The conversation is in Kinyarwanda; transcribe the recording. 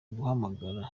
guhamagara